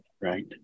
right